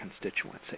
constituency